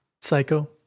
psycho